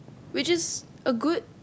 which is a good